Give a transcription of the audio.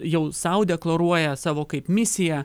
jau sau deklaruoja savo kaip misiją